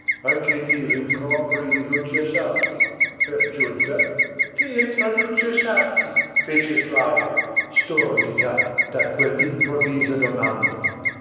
anche i rimproveri di lucio sarti per giunta che c'entra lucio sarti fece flavia stordita da quell'improvvisa domanda